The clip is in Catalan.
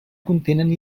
contenen